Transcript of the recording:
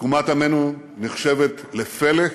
תקומת עמנו נחשבת לפלא,